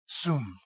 Zoom